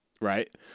Right